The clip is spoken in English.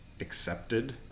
accepted